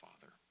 father